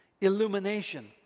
illumination